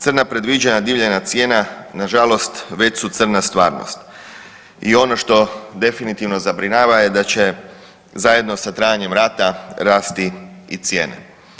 Crna predviđanja divljanja cijena nažalost već su crna stvarnost i ono što definitivno zabrinjava je da će zajedno sa trajanjem rata rasti i cijene.